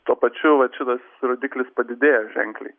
tuo pačiu vat šitas rodiklis padidėja ženkliai